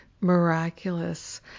miraculous